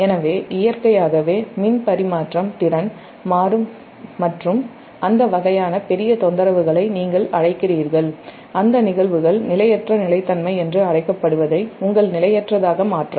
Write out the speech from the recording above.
எனவே இயற்கையாகவே மின் பரிமாற்றம்திறன் மாறும் மற்றும் அந்த வகையான பெரிய தொந்தரவுகளை நீங்கள் அழைக்கிறீர்கள் அந்த நிகழ்வுகள் நிலையற்ற நிலைத்தன்மை என்று அழைக்கப்படுவதை உங்கள் நிலையற்றதாக மாற்றவும்